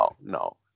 No